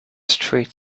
street